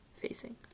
facing